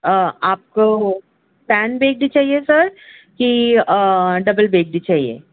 آپ کو سنڈوچ بھی چاہیے سر کہ ڈبل بریڈ بھی چاہیے